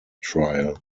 trial